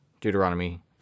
Deuteronomy